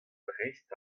dreist